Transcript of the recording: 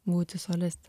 būti soliste